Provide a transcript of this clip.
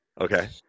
okay